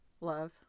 love